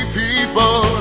people